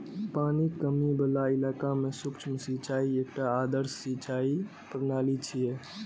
पानिक कमी बला इलाका मे सूक्ष्म सिंचाई एकटा आदर्श सिंचाइ प्रणाली छियै